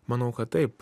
manau kad taip